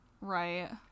right